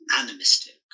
animistic